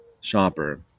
shopper